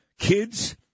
kids